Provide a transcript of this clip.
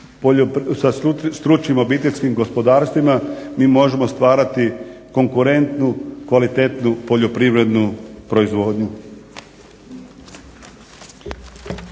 sa stručnim OPG-a mi možemo stvarati konkurentu kvalitetnu poljoprivrednu proizvodnju.